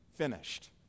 finished